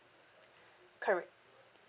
correct